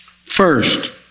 First